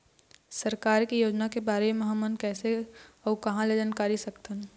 सरकार के योजना के बारे म हमन कैसे अऊ कहां ल जानकारी सकथन?